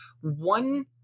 one